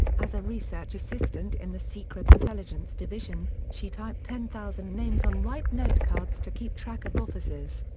as a research assistant in the secret intelligence division, she typed ten thousand names on white note cards to keep track of officers.